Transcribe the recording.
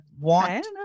want